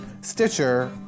Stitcher